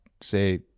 say